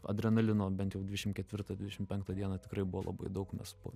adrenalino bent jau dvidešim ketvirtą dvidešim penktą dieną tikrai buvo labai daug nes po